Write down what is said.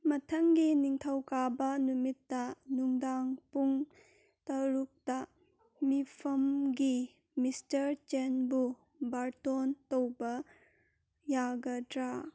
ꯃꯊꯪꯒꯤ ꯅꯤꯡꯊꯧꯀꯥꯕ ꯅꯨꯃꯤꯠꯇ ꯅꯨꯡꯗꯥꯡ ꯄꯨꯡ ꯇꯔꯨꯛꯇ ꯃꯤꯐꯝꯒꯤ ꯃꯤꯁꯇꯔ ꯆꯦꯟꯕꯨ ꯕꯥꯔꯇꯣꯟ ꯇꯧꯕ ꯌꯥꯒꯗ꯭ꯔꯥ